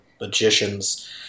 magician's